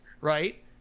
Right